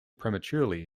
prematurely